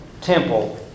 temple